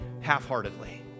half-heartedly